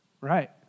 Right